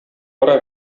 бара